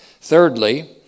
Thirdly